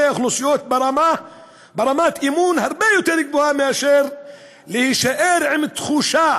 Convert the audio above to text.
האוכלוסיות ברמת אמון הרבה יותר גבוהה מאשר תישאר תחושה